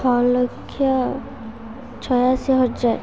ଛଅ ଲକ୍ଷ ଛୟାଅଶି ହଜାର